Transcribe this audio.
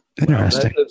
Interesting